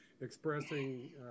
expressing